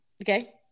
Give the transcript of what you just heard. Okay